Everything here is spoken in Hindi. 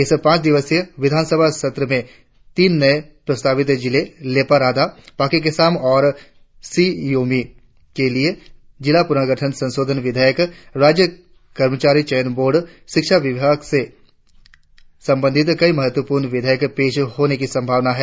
इस पांच दिवसीय विधानसभा सत्र में तीन नए प्रस्तावित जिले लेपा रादा पाक्के केसांग और सी योमी के लिए जिला पुनर्गठन संशोधन विधेयक राज्य कर्मचारी चयन बोर्ड शिक्षा विभाग से संबंधित कई महत्वपूर्ण विधेयक पेश होने की संभावना है